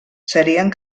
serien